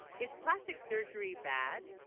is plastic surgery bad